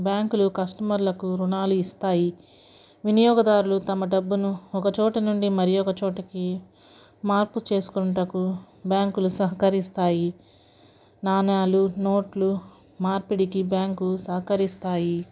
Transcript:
బ్యాంకులు కస్టమర్లకు రుణాలు ఇస్తాయి వినియోగదారులు తమ డబ్బును ఒకచోట నుండి మరియొక చోటుకి మార్పు చేసుకొనుటకు బ్యాంకులు సహకరిస్తాయి నాణాలు నోట్లు మార్పిడికి బ్యాంకు సహకరిస్తాయి